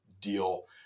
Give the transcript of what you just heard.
deal